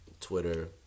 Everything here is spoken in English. Twitter